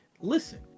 listen